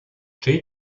czyj